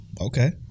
okay